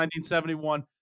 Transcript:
1971